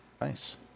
Nice